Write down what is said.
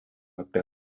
apie